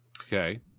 Okay